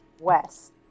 west